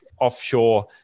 offshore